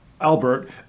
Albert